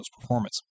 performance